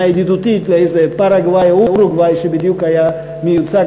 ידידותית לאיזה פרגוואִי או אורוגוואִי שבדיוק היה מיוצג